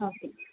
okay